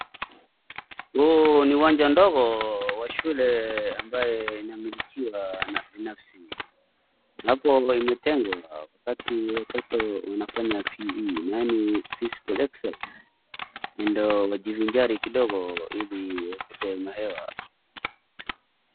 Huu ni uwanja ndogo wa shule ambae inamilikiwa na binafsi ambayo imetengwa wakati watoto wanafanya PE yaani physical exercise ndio wajivinjari kidogo ndio wavute mahewa